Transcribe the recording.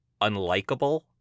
unlikable